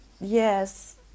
yes